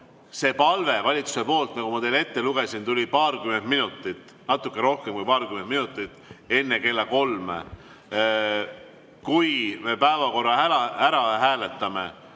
See palve valitsuse poolt, nagu ma teile ette lugesin, tuli natuke rohkem kui paarkümmend minutit enne kella kolme. Kui me päevakorra ära hääletame,